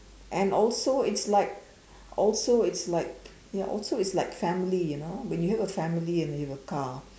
and also it's like also it's like ya also it's like family you know when you have a family and you have a car